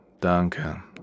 Danke